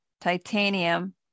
titanium